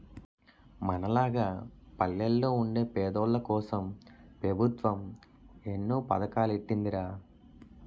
మనలాగ పల్లెల్లో వుండే పేదోల్లకోసం పెబుత్వం ఎన్నో పదకాలెట్టీందిరా